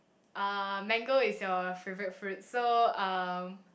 uh mango is your favourite fruit so um